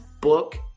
book